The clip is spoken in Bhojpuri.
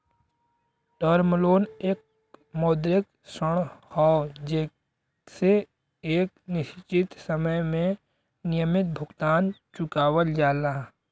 टर्म लोन एक मौद्रिक ऋण हौ जेसे एक निश्चित समय में नियमित भुगतान चुकावल जाला